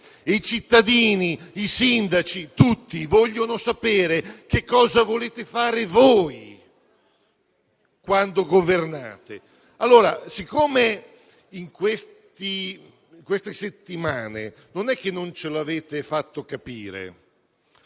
I cittadini, i sindaci, tutti vogliono sapere che cosa volete fare voi quando governate. In queste settimane non è che non ce l'avete fatto capire;